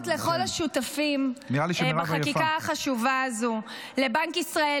אני רוצה להודות לכל השותפים לחקיקה החשובה הזו: לבנק ישראל,